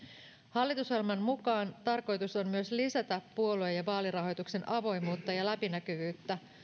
hallitusohjelman mukaan tarkoitus on myös lisätä puolue ja vaalirahoituksen avoimuutta ja läpinäkyvyyttä